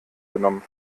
genommen